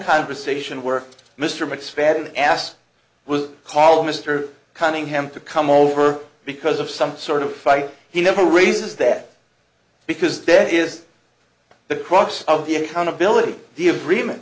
conversation where mr mcfadden asked was called mr cunningham to come over because of some sort of fight he never raises that because there is the crux of the accountability the agreement